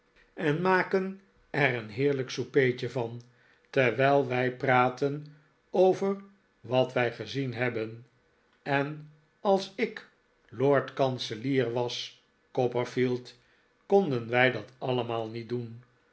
en maken er een heerlijk soupertje van terwijl wij praten over wat wij gezien hebben en als ik lord-kanselier was copperfield konden wij dat allemaal niet doen